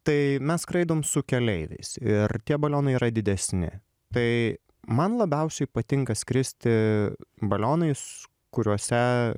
tai mes skraidom su keleiviais ir tie balionai yra didesni tai man labiausiai patinka skristi balionais kuriuose